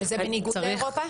זה לא בניגוד לאירופה